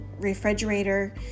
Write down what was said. refrigerator